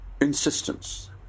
insistence